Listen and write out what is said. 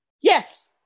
Yes